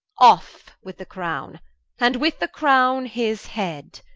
off with the crowne and with the crowne, his head,